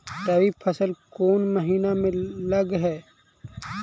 रबी फसल कोन महिना में लग है?